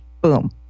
Boom